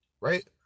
right